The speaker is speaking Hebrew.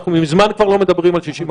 אנחנו מזמן כבר לא מדברים על 60%. אנחנו